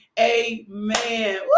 amen